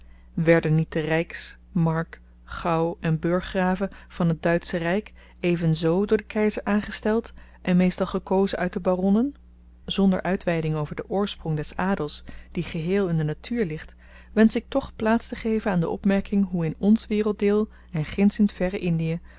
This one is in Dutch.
werden niet de ryks mark gau en burggraven van het duitsche ryk evenzoo door den keizer aangesteld en meestal gekozen uit de baronnen zonder uitweiding over den oorsprong des adels die geheel in de natuur ligt wensch ik toch plaats te geven aan de opmerking hoe in ns werelddeel en ginds in t verre indie